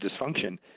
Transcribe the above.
dysfunction